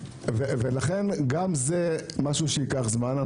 ולכן גם זה משהו שייקח זמן.